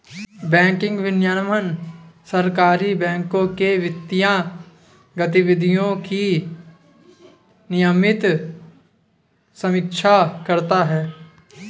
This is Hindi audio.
बैंकिंग विनियमन सहकारी बैंकों के वित्तीय गतिविधियों की नियमित समीक्षा करता है